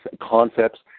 concepts